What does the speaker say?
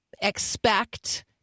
expect